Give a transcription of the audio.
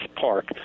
park